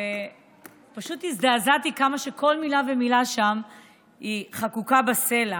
ופשוט הזדעזעתי כמה שכל מילה ומילה שם היא חקוקה בסלע.